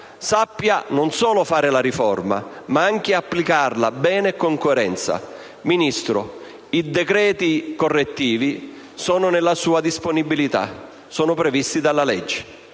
sappia non solo varare la riforma, ma anche applicarla bene e con coerenza. Signora Ministro, i decreti correttivi sono nella sua disponibilità, sono previsti dalla legge.